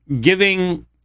giving